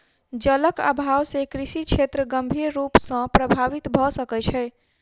जलक अभाव से कृषि क्षेत्र गंभीर रूप सॅ प्रभावित भ सकै छै